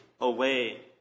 away